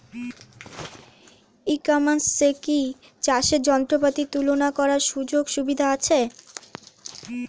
ই কমার্সে কি চাষের যন্ত্রপাতি তুলনা করার সুযোগ সুবিধা আছে?